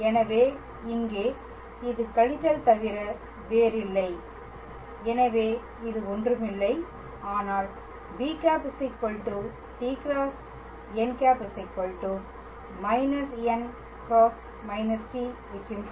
எனவே இங்கே இது கழித்தல் தவிர வேறில்லை எனவே இது ஒன்றும் இல்லை ஆனால் b̂ t × n̂ −n −× t ⇒ n̂ × t −b −